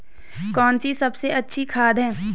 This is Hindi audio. कौन सी सबसे अच्छी खाद है?